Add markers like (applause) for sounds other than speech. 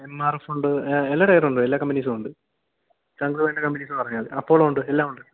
M R F ഉണ്ട് എല്ലാ ടയറും ഉണ്ട് എല്ലാ കമ്പനീസും ഉണ്ട് (unintelligible) കമ്പനി എന്നു പറഞ്ഞാല്മതി അപ്പോളോ ഉണ്ട് എല്ലാം ഉണ്ട്